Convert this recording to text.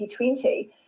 2020